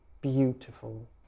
beautiful